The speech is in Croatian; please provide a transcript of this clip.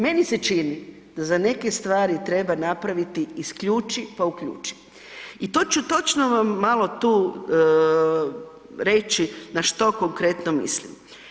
Meni se čini da za neke stvari treba napraviti isključi pa uključi i to ću točno vam malo tu reći na što konkretno mislim.